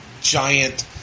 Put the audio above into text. giant